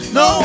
no